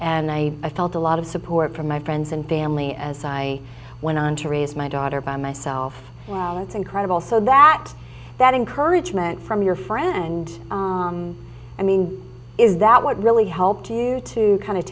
and i felt a lot of support from my friends and family as i went on to raise my daughter by myself well it's incredible so that that encouragement from your friends and i mean is that what really helped you to kind of